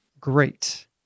great